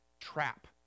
trap